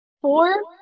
four